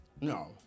No